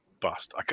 bust